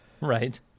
Right